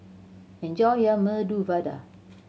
enjoy your Medu Vada